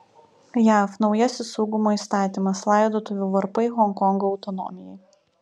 jav naujasis saugumo įstatymas laidotuvių varpai honkongo autonomijai